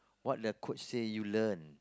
what the coach say you learn